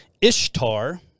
Ishtar